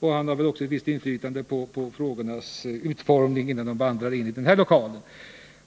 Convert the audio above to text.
Han har väl också ett visst inflytande på frågornas utformning innan de hamnar för avgörande i den här lokalen.